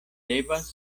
devas